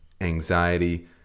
anxiety